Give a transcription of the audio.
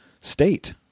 state